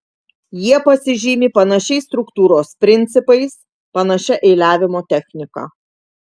jie pasižymi panašiais struktūros principais panašia eiliavimo technika